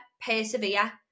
Persevere